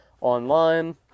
online